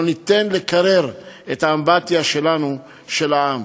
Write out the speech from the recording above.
לא ניתן לקרר את האמבטיה שלנו, של העם.